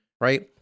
right